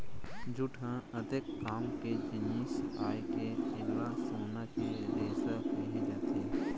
jute ह अतेक काम के जिनिस आय के एला सोना के रेसा कहे जाथे